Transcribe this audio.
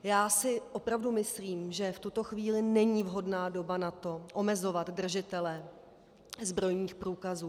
Já si opravdu myslím, že v tuto chvíli není vhodná doba na to omezovat držitele zbrojních průkazů.